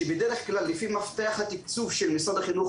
שבדרך כלל לפי מפתח התקצוב של משרד החינוך,